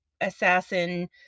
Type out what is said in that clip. Assassin